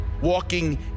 walking